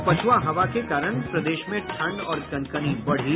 और पछुआ हवा के कारण प्रदेश में ठंड और कनकनी बढ़ी